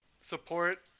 support